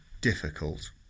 difficult